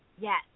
Yes